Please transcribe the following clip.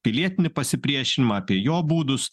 pilietinį pasipriešinimą apie jo būdus